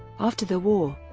after the war,